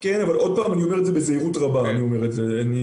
כן, אבל אני אומר את זה בזהירות רבה.